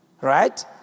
Right